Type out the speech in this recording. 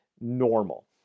normal